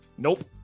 Nope